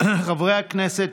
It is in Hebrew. חברי הכנסת,